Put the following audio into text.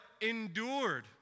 endured